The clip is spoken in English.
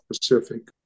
Pacific